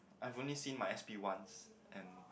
I only seen my S_P once and